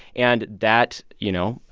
and that you know,